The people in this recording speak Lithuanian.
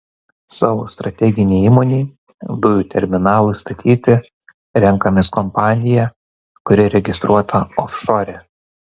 savo strateginei įmonei dujų terminalui statyti renkamės kompaniją kuri registruota ofšore